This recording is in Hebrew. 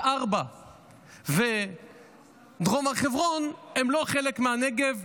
ארבע ודרום הר חברון הם לא חלק מהנגב,